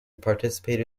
participated